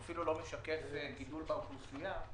אפילו לא משקף גידול באוכלוסייה.